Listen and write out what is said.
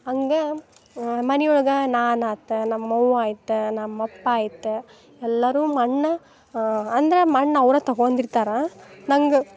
ಹಂಗ ಮನೆ ಒಳಗೆ ನಾನು ಆತು ನಮ್ಮ ಅವ್ವ ಆಯಿತಾ ನಮ್ಮ ಅಪ್ಪ ಆಯ್ತು ಎಲ್ಲಾರು ಮಣ್ಣು ಅಂದ್ರೆ ಮಣ್ಣು ಅವ್ರು ತಗೊಂಡ್ ಇರ್ತಾರೆ ನಂಗೆ